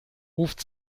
ruft